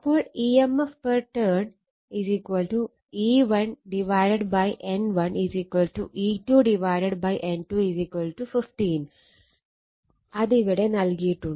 അപ്പോൾ E M F per turn E1 N1 E2 N2 15 അത് ഇവിടെ നൽകിയിട്ടുണ്ട്